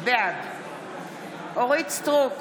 בעד אורית מלכה סטרוק,